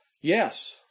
yes